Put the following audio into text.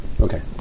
Okay